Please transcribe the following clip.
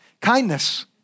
Kindness